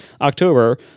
October